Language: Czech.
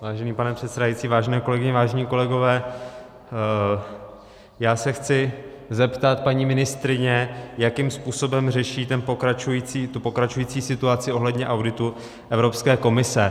Vážený pane předsedající, vážené kolegyně, vážení kolegové, já se chci zeptat paní ministryně, jakým způsobem řeší tu pokračující situaci ohledně auditu Evropské komise.